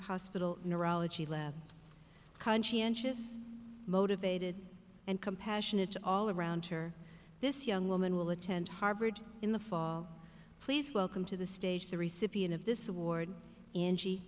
hospital neurology labs conscientious motivated and compassionate all around her this young woman will attend harvard in the fall please welcome to the stage the recipient of this award an